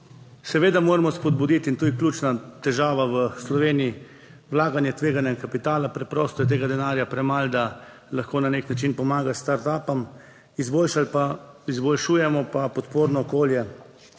Seveda moramo spodbuditi, in to je ključna težava v Sloveniji, vlaganje tveganega kapitala; preprosto je tega denarja premalo, da lahko na nek način pomaga startupom. Izboljšali pa, izboljšujemo pa podporno okolje